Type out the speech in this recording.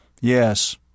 Yes